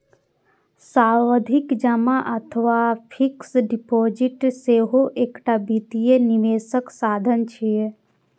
सावधि जमा अथवा फिक्स्ड डिपोजिट सेहो एकटा वित्तीय निवेशक साधन छियै